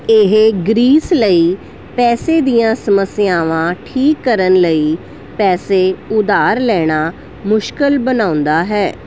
ਇਹ ਗ੍ਰੀਸ ਲਈ ਪੈਸੇ ਦੀਆਂ ਸਮੱਸਿਆਵਾਂ ਠੀਕ ਕਰਨ ਲਈ ਪੈਸੇ ਉਧਾਰ ਲੈਣਾ ਮੁਸ਼ਕਲ ਬਣਾਉਂਦਾ ਹੈ